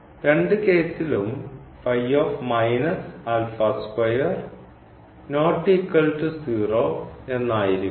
രണ്ട് കേസിലും എന്നായിരിക്കണം